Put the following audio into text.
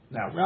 Now